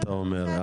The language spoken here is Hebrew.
אתה אומר,